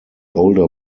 older